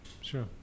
Sure